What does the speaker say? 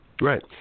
Right